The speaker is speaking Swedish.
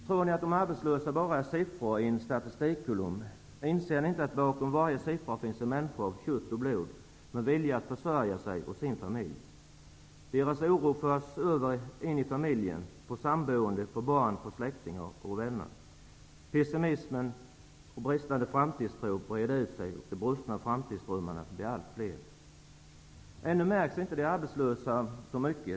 Tror ni att de arbetslösa bara är siffror i en statistikkolumn? Inser ni inte att bakom varje siffra finns en människa av kött och blod, med vilja att försörja sig och sin familj? Deras oro förs in i familjen, på samboende, på barn, på släktingar och på vänner. Pessimism och bristande framtidstro breder ut sig. De brustna framtidsdrömmarna blir allt fler. Ännu märks inte de arbetslösa så mycket.